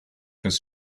his